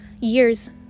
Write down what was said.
years